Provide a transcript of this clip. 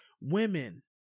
women